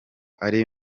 ari